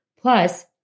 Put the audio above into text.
Plus